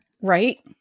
Right